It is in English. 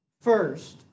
first